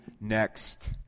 next